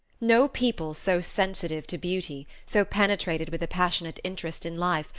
no people so sensitive to beauty, so penetrated with a passionate interest in life,